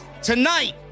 Tonight